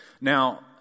Now